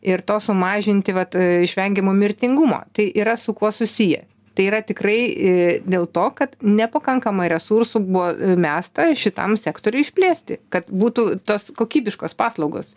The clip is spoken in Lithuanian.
ir to sumažinti vat išvengiamo mirtingumo tai yra su kuo susiję tai yra tikrai dėl to kad nepakankamai resursų buvo mesta šitam sektoriui išplėsti kad būtų tos kokybiškos paslaugos